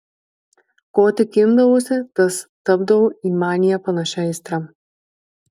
ko tik imdavausi tas tapdavo į maniją panašia aistra